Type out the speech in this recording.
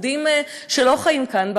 יהודים שלא חיים כאן,